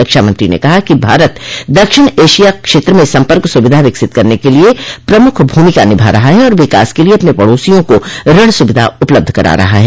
रक्षामंत्री ने कहा कि भारत दक्षिण एशिया क्षेत्र में संपर्क सुविधा विकसित करने के लिए प्रमुख भूमिका निभा रहा है और विकास के लिए अपने पड़ोसियों को ऋण सुविधा उपलब्ध करा रहा है